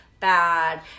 Bad